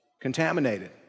contaminated